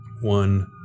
One